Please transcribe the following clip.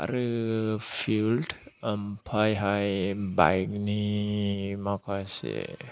आरो फिउल ओमफ्रायहाय बाइक नि माखासे